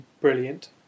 brilliant